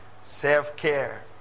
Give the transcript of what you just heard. Self-care